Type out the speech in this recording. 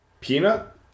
peanut